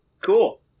Cool